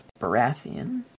Baratheon